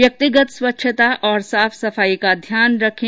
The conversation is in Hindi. व्यक्तिगत स्वच्छता और साफ सफाई का ध्यान रखें